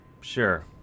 Sure